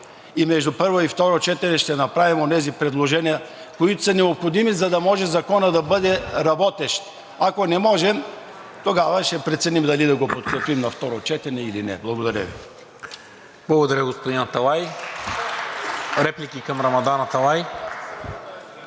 и между първо и второ четене ще направим онези предложения, които са необходими, за да може Законът да бъде работещ. Ако не можем, тогава ще преценим дали да го подкрепим на второ четене или не. Благодаря Ви. (Ръкопляскания от ДПС.) ПРЕДСЕДАТЕЛ